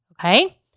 Okay